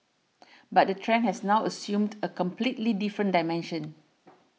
but the trend has now assumed a completely different dimension